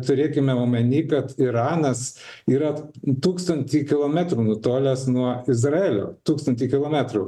turėkime omeny kad iranas yra tūkstantį kilometrų nutolęs nuo izraelio tūkstantį kilometrų